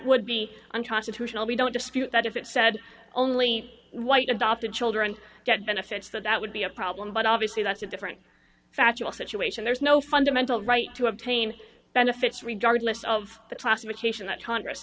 would be unconstitutional we don't dispute that if it said only white adopted children get benefits but that would be a problem but obviously that's a different factual situation there's no fundamental right to obtain benefits regardless of the classification that congress